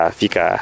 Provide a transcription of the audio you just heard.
fika